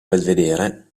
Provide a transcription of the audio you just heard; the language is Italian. belvedere